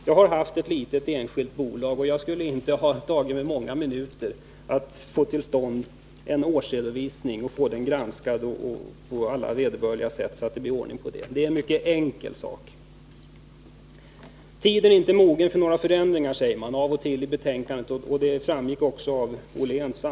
Jag har själv haft ett litet enskilt bolag, och det skulle inte ha tagit mig många minuter att få till stånd en årsredovisning som kunde ha granskats på vederbörligt sätt. Det är enkelt att upprätta en sådan redovisning. Tiden är inte mogen för några förändringar, sägs det av och till i betänkandet, och samma sak anförde Joakim Ollén.